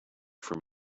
from